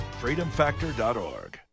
Freedomfactor.org